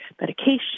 medication